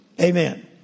Amen